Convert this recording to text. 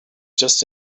just